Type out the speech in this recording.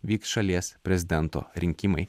vyks šalies prezidento rinkimai